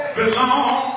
belong